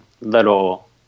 little